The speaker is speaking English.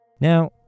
Now